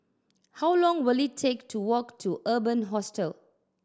how long will it take to walk to Urban Hostel